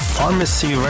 Pharmacy